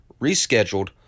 rescheduled